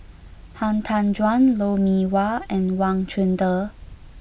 Han Tan Juan Lou Mee Wah and Wang Chunde